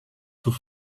sous